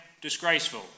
disgraceful